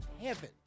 heaven